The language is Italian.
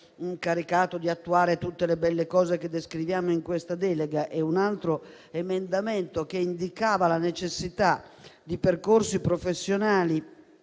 incaricato di attuare tutte le belle misure che descriviamo in questa delega e un altro emendamento che indicava la necessità di percorsi professionali